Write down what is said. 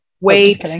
Wait